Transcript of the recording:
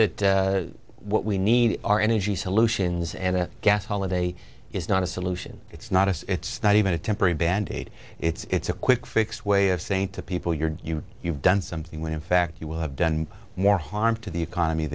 that what we need are energy solutions and the gas holiday is not a solution it's not a it's not even a temporary band aid it's it's a quick fix way of saying to people you're you you've done something when in fact you will have done more harm to the economy